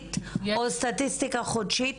שנתית או חודשית,